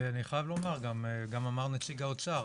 אני חייב לומר, וגם אמר נציג האוצר,